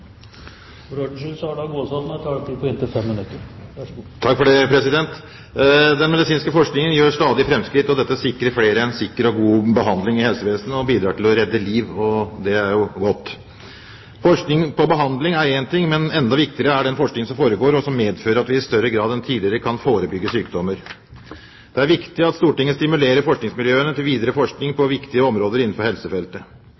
for ordens skyld: Representanten Gåsvatn har en taletid på inntil 5 minutter. Den medisinske forskningen gjør stadig fremskritt. Dette sikrer flere en sikker og god behandling i helsevesenet, og det bidrar til å redde liv, og det er jo godt. Forskning på behandling er én ting, men enda viktigere er den forskning som foregår og som medfører at vi i større grad enn tidligere kan forebygge sykdommer. Det er viktig at Stortinget stimulerer forskningsmiljøene til videre forskning